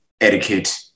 etiquette